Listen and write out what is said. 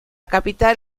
capital